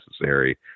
necessary